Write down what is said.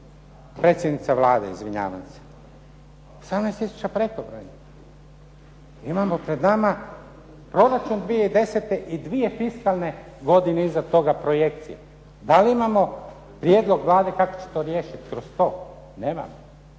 Predsjednica Vlade, izvinjavam se. 18 tisuća prekobrojnih. Imamo pred nama proračun 2010. i dvije fiskalne godine iza toga projekcije. Da li imamo prijedlog Vlade kako će to riješit kroz to? Nemamo.